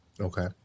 Okay